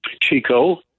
Chico